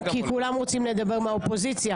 כי כולם רוצים לדבר מהאופוזיציה.